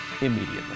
immediately